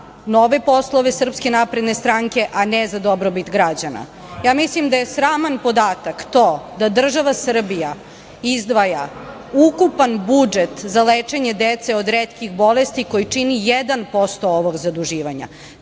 nove poslove SNS a ne za dobrobit građana. Ja mislim da je sraman podatak to da država Srbija izdvaja ukupan budžet za lečenje dece od retkih bolesti koji čini 1% ovog zaduživanja.